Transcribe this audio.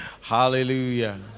Hallelujah